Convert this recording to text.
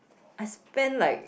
I spend like